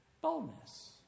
boldness